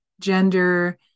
gender